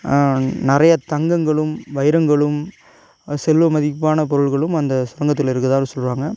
நிறையா தங்கங்களும் வைரங்களும் செல்வ மதிப்பான பொருள்களும் அந்த சுரங்கத்தில் இருக்கறதாக சொல்லுறாங்க